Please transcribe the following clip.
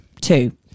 two